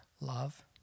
Love